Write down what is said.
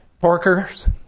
Porkers